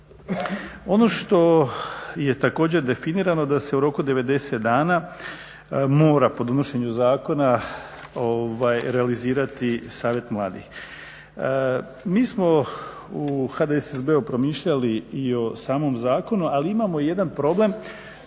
Ono što je također definirano, da se u roku 90 dana mora po donošenju zakona realizirati savjet mladih. Mi smo u HDSSB-u promišljali i o samom zakonu, ali imamo jedan problem